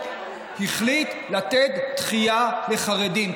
החליט לתת דחייה לחרדים,